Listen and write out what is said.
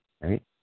right